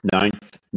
Ninth